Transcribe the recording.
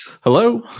Hello